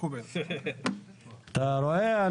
אתה רואה?